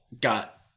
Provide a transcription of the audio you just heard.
got